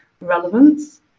relevance